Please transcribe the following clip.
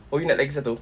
oh you nak lagi satu